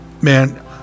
man